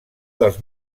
dels